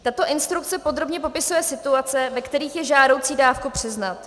Tato instrukce podrobně popisuje situace, ve kterých je žádoucí dávku přiznat.